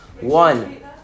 One